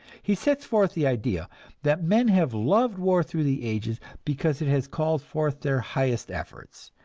he sets forth the idea that men have loved war through the ages because it has called forth their highest efforts,